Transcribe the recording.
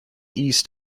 east